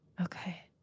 Okay